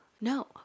no